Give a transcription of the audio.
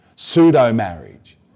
pseudo-marriage